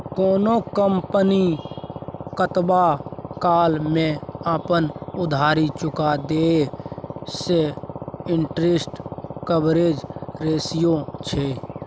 कोनो कंपनी कतबा काल मे अपन उधारी चुका देतेय सैह इंटरेस्ट कवरेज रेशियो छै